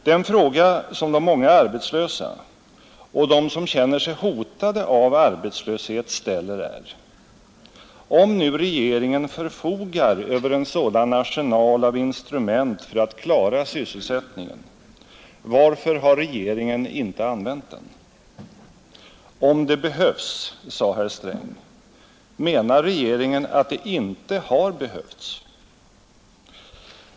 Den fråga som de mänga arbetslösa och de som känner sig hotade av arbetslöshet ställer är: Om nu regeringen förfogar över en sådan arsenal av instrument för att klara sysselsättningen — varför har regeringen inte använt dem? ”Om det behövs”, sade herr Sträng. Menar regeringen att det inte har behövts?